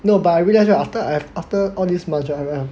no but I realize right after I've after all these months right